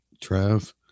Trav